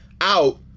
out